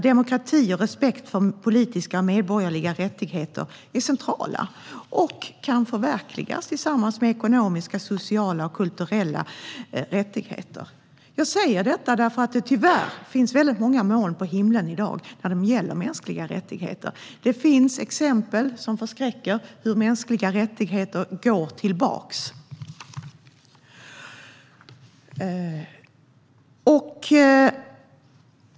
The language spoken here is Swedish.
Demokrati och respekt för politiska och medborgerliga rättigheter är centrala förutsättningar för att förverkliga ekonomiska, sociala och kulturella rättigheter. Jag säger detta eftersom det tyvärr finns väldigt många moln på himlen i dag när det gäller mänskliga rättigheter. Det finns exempel, som förskräcker, på hur mänskliga rättigheter går tillbaka.